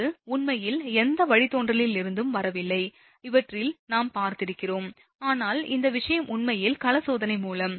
இது உண்மையில் எந்த வழித்தோன்றலிலிருந்தும் வரவில்லை இவற்றில் நாம் பார்த்திருக்கிறோம் ஆனால் இந்த விஷயம் உண்மையில் கள சோதனை மூலம்